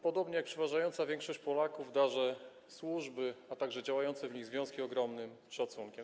Podobnie jak przeważająca większość Polaków darzę służby, a także działające w nich związki ogromnym szacunkiem.